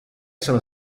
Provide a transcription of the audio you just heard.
sono